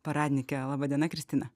paradnike laba diena kristina